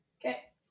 Okay